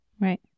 Right